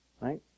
right